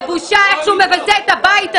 זה בושה איך שהוא מבזה את הבית הזה.